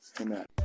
Amen